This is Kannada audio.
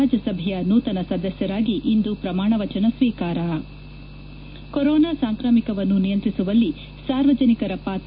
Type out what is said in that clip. ರಾಜ್ಯಸಭೆಯ ನೂತನ ಸದಸ್ಯರಾಗಿ ಇಂದು ಪ್ರಮಾಣವಚನ ಸ್ವೀಕಾರ ಕೊರೋನಾ ಸಾಂಕ್ರಾಮಿಕವನ್ನು ನಿಯಂತ್ರಿಸುವಲ್ಲಿ ಸಾರ್ವಜನಿಕರ ಪಾತ್ರ